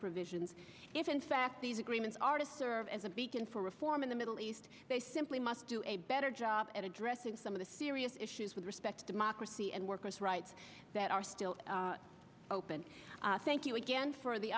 provisions if in fact these agreements are to serve as a beacon for reform in the middle east they simply must do a better job at addressing some of the serious issues with respect to democracy and workers rights that are still open thank you again for the